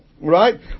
Right